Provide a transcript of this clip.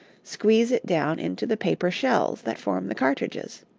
squeeze it down into the paper shells that form the cartridges.